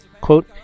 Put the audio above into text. Quote